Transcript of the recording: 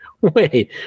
wait